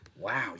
Wow